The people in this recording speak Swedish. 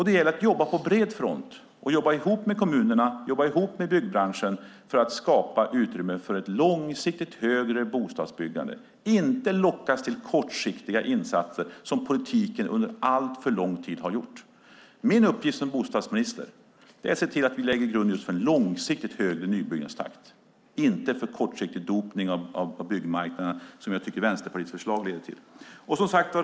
Det gäller att jobba på bred front och att jobba ihop med kommunerna och byggbranschen för att skapa utrymme för ett långsiktigt högre bostadsbyggande. Man ska inte lockas till kortsiktiga insatser som politiken under alltför lång tid har gjort. Min uppgift som bostadsminister är att lägga grund för en långsiktigt högre nybyggnadstakt, inte för den kortsiktiga dopning av byggmarknaden som Vänsterpartiets förslag leder till.